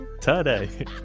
Today